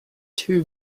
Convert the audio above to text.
two